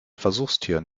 versuchstieren